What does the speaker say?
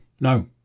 no